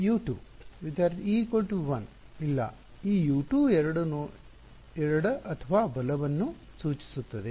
ಇಲ್ಲ ಈ U2 ಎರಡು ಎಡ ಅಥವಾ ಬಲವನ್ನು ಸೂಚಿಸುತ್ತದೆ